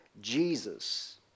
Jesus